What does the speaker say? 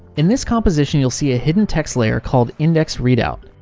in this composition you'll see a hidden text layer called index readout.